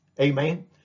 Amen